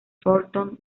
thornton